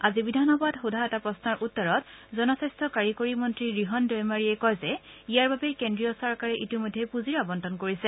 আজি বিধানসভাত সোধা এটা প্ৰশ্নৰ উত্তৰত জনস্বাস্থ্য কাৰিকৰী মন্ত্ৰী ৰিহণ দৈমাৰীয়ে কয় যে ইয়াৰ বাবে কেদ্ৰীয় চৰকাৰে ইতিমধ্যে পুঁজি আৰণ্টন কৰিছে